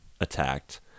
attacked